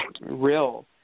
real